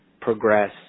progress